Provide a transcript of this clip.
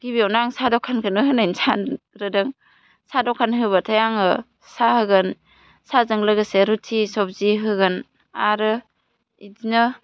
गिबियावनो आं सा द'खानखौनो होनायनो सानग्रोदों सा द'खान होबाथाय आङो साहा होगोन साहाजों लोगोसे रुथि सबजि होगोन आरो बिदिनो